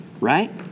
Right